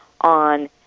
on